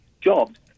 jobs